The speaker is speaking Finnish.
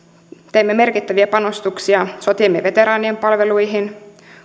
teemme merkittäviä panostuksia sotiemme veteraanien palveluihin